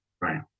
Right